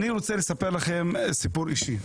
אני רוצה לספר לכם סיפור אישי.